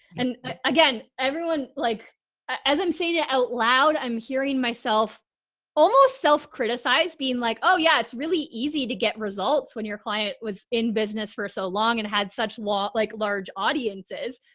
and again, everyone, like as i'm saying it out loud, i'm hearing myself almost self criticized being like, oh yeah, it's really easy to get results when your client was in business for so long and had such low like large audiences.